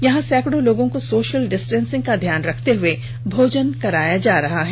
यहां सैकड़ों लोगों को सोशल डिस्टेंसिंग का ध्यान रखते हए भोजन कराया जा रहा है